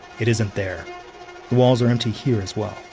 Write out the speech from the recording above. it isn't there. the walls are empty here as well.